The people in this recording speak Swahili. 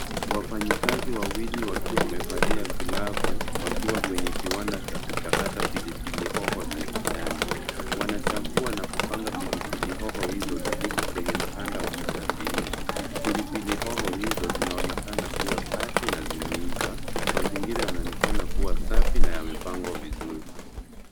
Wafanyikazi wawili wakiwa wamevalia glavu, wakiwa kwenye kiwanda cha kuchakata pilipili hoho za kijani. Wanachagua na kupanga pilipili hoho hizo, ziliko kwenye mkanda wa kusafirisha. Pilipili hoho hizo zinaonekana kua safi na zimeiva. Mazingira yanaonekana kua safi na yamepangwa vizuri.